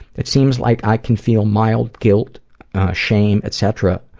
it seems like i can feel mild guilt shame, etcetera,